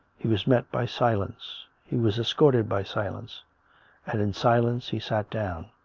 he was met by silence he was escorted by silence and in silence he sat down.